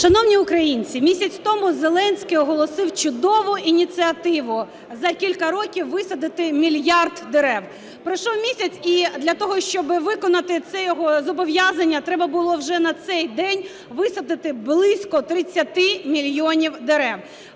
Шановні українці, місяць тому Зеленський оголосив чудову ініціативу, за кілька років висадити мільярд дерев. Пройшов місяці і для того, щоби виконати це його зобов'язання, треба було вже на цей день висадити близько 30 мільйонів дерев.